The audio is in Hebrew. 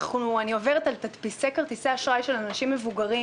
אני עוברת על תדפיסי כרטיסי אשראי של אנשים מבוגרים